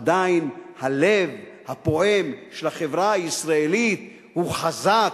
עדיין הלב הפועם של החברה הישראלית הוא חזק,